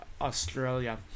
Australia